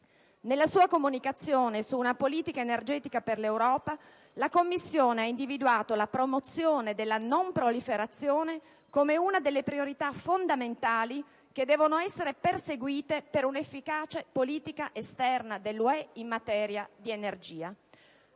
Nella sua comunicazione «Una politica energetica per l'Europa», la Commissione ha individuato la promozione della non proliferazione come una delle priorità fondamentali che devono essere perseguite per un'efficace politica esterna dell'Unione europea in materia di energia.